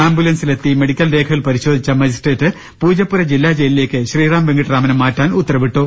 ആംബുലൻസിലെത്തി medical രേഖകൾ പരിശോധിച്ച magistrate Poojappura ജില്ലാ ജയിലിലേക്ക് ശ്രീറാം വെങ്കിട്ടരാമനെ മാറ്റാൻ ഉത്തരവിട്ടു